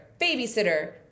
babysitter